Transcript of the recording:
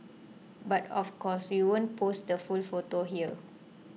but of course we won't post the full photo here